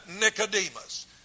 Nicodemus